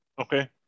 Okay